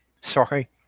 Sorry